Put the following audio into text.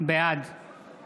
בעד